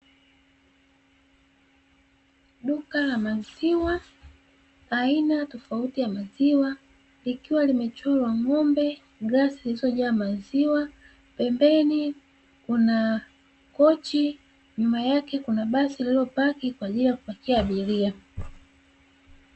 Duka la maziwa aina tofauti ya maziwa, likiwa limechorwa ng'ombe, glasi zilizojaa maziwa pembeni kuna kochi, nyuma yake kuna basi lililopaki kwa ajili ya kupakia abiria.